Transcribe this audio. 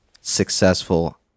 successful